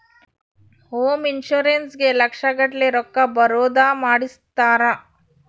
home insurance ಗೇ ಲಕ್ಷ ಗಟ್ಲೇ ರೊಕ್ಕ ಬರೋದ ಮಾಡ್ಸಿರ್ತಾರ